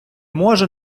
може